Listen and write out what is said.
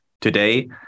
Today